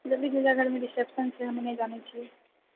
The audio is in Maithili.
जल्दी भेजऽ घरमे रिसेप्शन छै हम नहि जानैत छिऐ